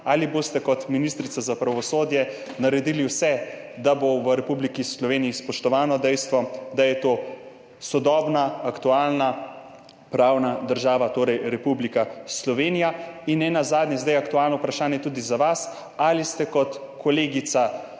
Ali boste kot ministrica za pravosodje naredili vse, da bo v Republiki Sloveniji spoštovano dejstvo, da je to sodobna, aktualna pravna država Republika Slovenija? In ne nazadnje je zdaj tudi za vas aktualno vprašanje, ali ste kot kolegica